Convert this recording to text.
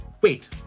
wait